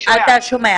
אתה שומע.